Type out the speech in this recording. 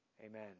Amen